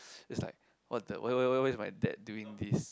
is like what the why why why is my dad doing this